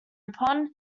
upon